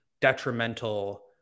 detrimental